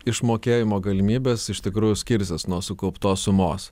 išmokėjimo galimybės iš tikrųjų skirsis nuo sukauptos sumos